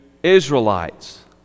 israelites